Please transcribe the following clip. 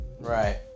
Right